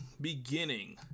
beginning